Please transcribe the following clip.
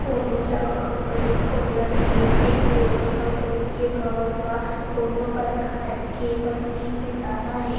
कोनो ल कंपनी खोलना हे ते कोनो कंपनी के भवन म कोनो परकार के मसीन बिसाना हे